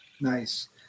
Nice